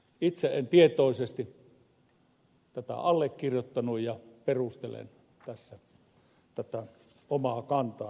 itse en tietoisesti tätä allekirjoittanut ja perustelen tässä tätä omaa kantaani ja menettelyäni samalla